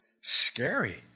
Scary